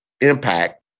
impact